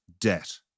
debt